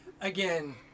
Again